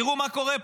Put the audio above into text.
תראו מה קורה פה.